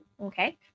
okay